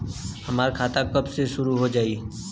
हमार खाता कब से शूरू हो जाई?